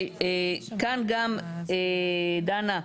כאן גם דנה,